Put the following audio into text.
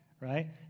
right